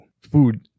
food